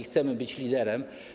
Chcemy być liderem.